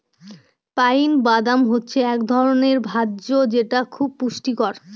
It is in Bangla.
পাইন বাদাম হচ্ছে এক ধরনের ভোজ্য যেটা খুব পুষ্টিকর